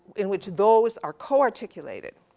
in which those are coarticulated.